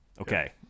Okay